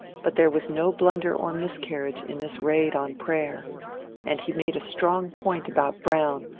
but there was no blunder or miscarriage in this raid on prayer and he made a strong point about brown,